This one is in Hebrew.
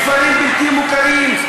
כפרים בלתי מוכרים.